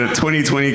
2020